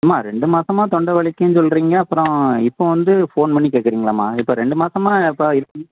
அம்மா ரெண்டு மாசமாக தொண்டை வலிக்குதுன்னு சொல்கிறீங்க அப்புறம் இப்போ வந்து ஃபோன் பண்ணி கேக்கிறீங்களேம்மா இப்போ ரெண்டு மாசமாக எப்படி எப்படி